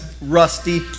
rusty